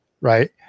Right